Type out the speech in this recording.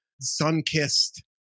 sun-kissed